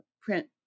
print